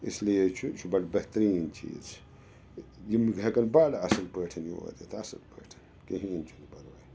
اِسلیے چھُ یہِ چھُ بَڑٕ بہتریٖن چیٖز یِم ہٮ۪کَن بَڑٕ اَصٕل پٲٹھۍ یور یِتھ اَصٕل پٲٹھۍ کِہیٖنۍ چھُنہٕ پرواے